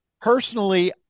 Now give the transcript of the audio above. Personally